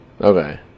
Okay